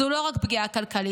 זו לא רק פגיעה כלכלית,